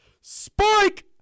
Spike